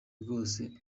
rwose